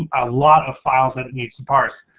um a lot of files that it needs to pars.